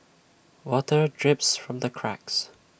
water drips from the cracks